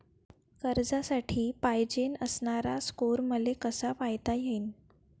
कर्जासाठी पायजेन असणारा स्कोर मले कसा पायता येईन?